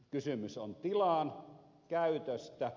kysymys on tilan käytöstä